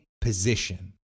position